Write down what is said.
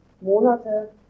Monate